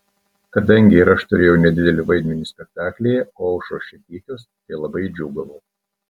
kadangi ir aš turėjau nedidelį vaidmenį spektaklyje o aušros čia tykios tai labai džiūgavau